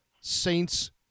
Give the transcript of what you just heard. Saints